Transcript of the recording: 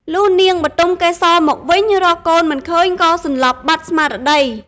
លុះនាងបុទមកេសរមកវិញ រកកូនមិនឃើញក៏សន្លប់បាត់ស្មារតី។